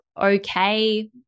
okay